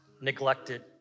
neglected